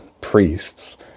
priests